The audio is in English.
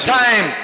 time